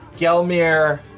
Gelmir